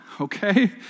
okay